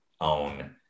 own